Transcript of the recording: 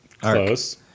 Close